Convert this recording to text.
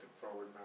forward